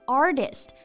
artist